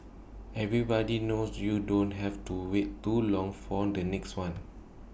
everybody knows you don't have to wait too long for the next one